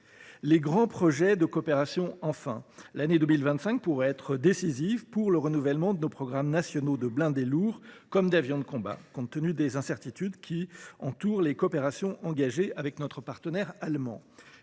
aux grands projets de coopération. L’année 2025 pourrait être décisive pour le renouvellement de nos programmes nationaux de blindés lourds et d’avions de combat, compte tenu des incertitudes qui entourent les coopérations engagées avec notre partenaire allemand.